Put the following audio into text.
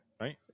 Right